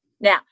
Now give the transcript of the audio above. Now